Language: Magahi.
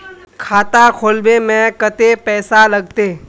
खाता खोलबे में कते पैसा लगते?